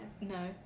No